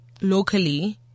locally